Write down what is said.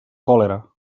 còlera